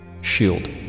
Shield